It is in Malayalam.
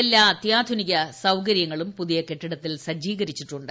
എല്ലാ അത്യാധുനിക സൌകര്യങ്ങളും പുതിയ കെട്ടിടത്തിൽ സജ്ജീകരിച്ചിട്ടുണ്ട്